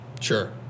sure